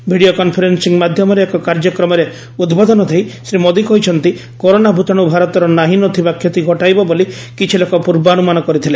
video conferencing ମାଧ୍ୟମରେ ଏକ କାର୍ଯ୍ୟକ୍ରମରେ ଉଦ୍ବୋଧନ ଦେଇ ଶ୍ରୀ ମୋଦି କହିଛନ୍ତି କରୋନା ଭୂତାଣୁ ଭାରତର ନାହି ନ ଥିବା କ୍ଷତି ଘଟାଇବ ବୋଲି କିଛି ଲୋକ ପୂର୍ବାନୁମାନ କରିଥିଲେ